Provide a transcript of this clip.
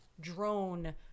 drone